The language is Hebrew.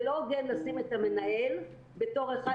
זה לא הוגן לשים את המנהל בתור אחד